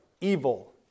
evil